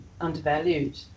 undervalued